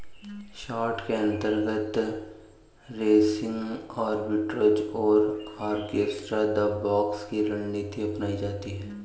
short के अंतर्गत racing arbitrage और अगेंस्ट द बॉक्स की रणनीति अपनाई जाती है